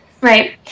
Right